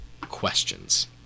Questions